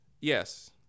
yes